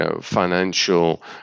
financial